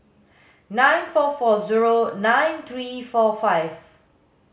nine four four zero nine three four five